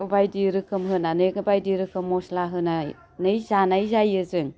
बायदि रोखोम होनानै बायदि रोखोम मस्ला होनानै जानाय जायो जों